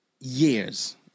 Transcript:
years